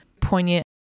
poignant